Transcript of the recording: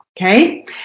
Okay